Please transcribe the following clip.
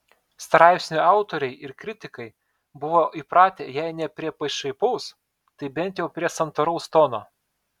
straipsnių autoriai ir kritikai buvo įpratę jei ne prie pašaipaus tai bent jau prie santūraus tono